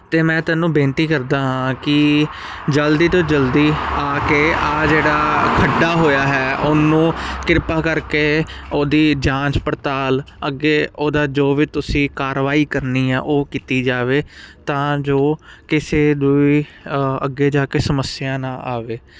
ਅਤੇ ਮੈਂ ਤੈਨੂੰ ਬੇਨਤੀ ਕਰਦਾ ਹਾਂ ਕਿ ਜਲਦੀ ਤੋਂ ਜਲਦੀ ਆ ਕੇ ਆਹ ਜਿਹੜਾ ਖੱਡਾ ਹੋਇਆ ਹੈ ਉਹਨੂੰ ਕਿਰਪਾ ਕਰਕੇ ਉਹਦੀ ਜਾਂਚ ਪੜਤਾਲ ਅੱਗੇ ਉਹਦਾ ਜੋ ਵੀ ਤੁਸੀਂ ਕਾਰਵਾਈ ਕਰਨੀ ਹੈ ਉਹ ਕੀਤੀ ਜਾਵੇ ਤਾਂ ਜੋ ਕਿਸੇ ਨੂੰ ਵੀ ਅੱਗੇ ਜਾ ਕੇ ਸਮੱਸਿਆ ਨਾ ਆਵੇ